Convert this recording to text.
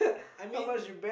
I mean